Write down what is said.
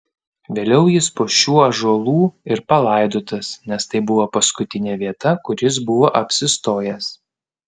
vėliau jis po šiuo ąžuolų ir palaidotas nes tai buvo paskutinė vieta kur jis buvo apsistojęs